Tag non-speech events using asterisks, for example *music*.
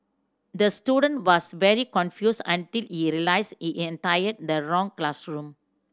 the student was very confused until he *unintelligible* he entered the wrong classroom